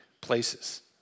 places